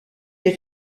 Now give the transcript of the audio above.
des